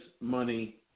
money